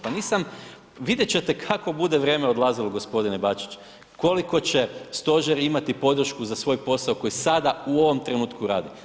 Pa nisam, vidjet ćete kako bude vrijeme odlazilo gospodine Bačić, koliko će stožer imati podršku za svoj posao koji sada u ovom trenutku radi.